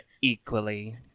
equally